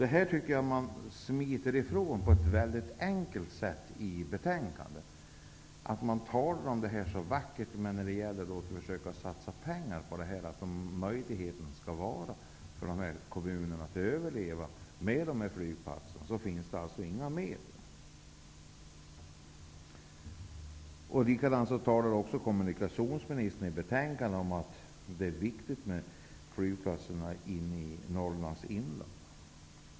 Detta tycker jag att man smiter ifrån på ett mycket lättvindigt sätt i betänkandet. Man talar så vackert, men när det gäller att satsa pengar på att de här kommunerna skall ha en möjlighet att överleva med de här flygplatserna finns det alltså inga medel. Även kommunikationsministern talar om att det är viktigt med flygplatserna i Norrlands inland.